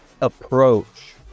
approach